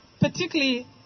particularly